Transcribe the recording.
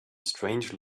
strange